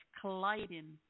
colliding